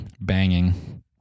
Banging